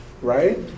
right